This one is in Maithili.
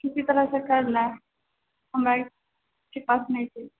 किसी तरह से करिलै हमराके पास नइखे